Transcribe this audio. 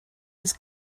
was